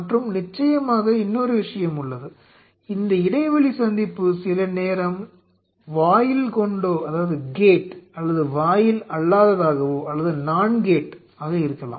மற்றும் நிச்சயமாக இன்னொரு விஷயம் உள்ளது இந்த இடைவெளி சந்திப்பு சில நேரம் வாயில் கொண்டோ அல்லது வாயில் அல்லாததாகவோ இருக்கலாம்